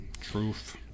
Truth